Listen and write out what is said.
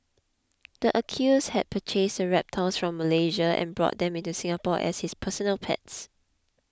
the accused had purchased the reptiles from Malaysia and brought them into Singapore as his personal pets